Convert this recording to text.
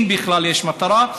אם בכלל יש מטרה,